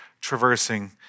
traversing